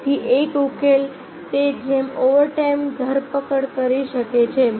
તેથી એક ઉકેલ તે જેમ ઓવરટાઇમ ધરપકડ કરી શકે છે